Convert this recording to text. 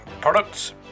products